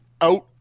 out